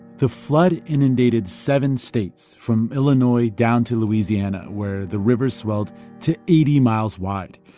the flood inundated seven states from illinois down to louisiana, where the river swelled to eighty miles wide.